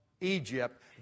Egypt